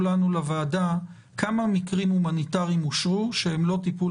לוועדה כמה מקרים הומניטריים אושרו שהם לא טיפול